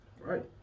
Right